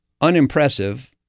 unimpressive